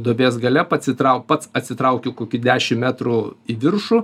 duobės gale patsitrau pats atsitraukiu kokį dešim metrų į viršų